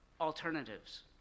alternatives